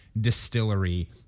Distillery